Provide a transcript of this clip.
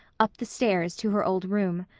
up the stairs to her old room.